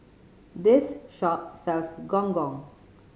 this shop sells Gong Gong